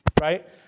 right